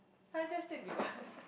can I just stick with one